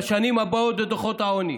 בשנים הבאות בדוחות העוני,